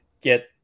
get